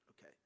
okay